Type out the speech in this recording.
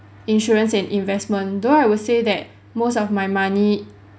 insurance and investment though I will say that most of my money